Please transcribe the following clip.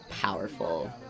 powerful